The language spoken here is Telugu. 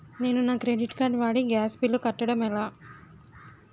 నేను నా క్రెడిట్ కార్డ్ వాడి గ్యాస్ బిల్లు కట్టడం ఎలా?